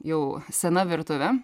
jau sena virtuvė